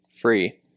free